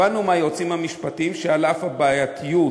הבנו מהיועצים המשפטיים שעל אף הבעייתיות